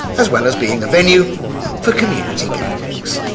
as well as being a venue for community gatherings.